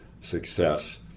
success